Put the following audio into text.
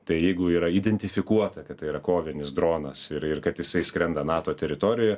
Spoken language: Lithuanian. tai jeigu yra identifikuota kad tai yra kovinis dronas ir ir kad jisai skrenda nato teritorijoje